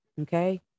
okay